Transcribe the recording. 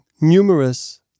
numerous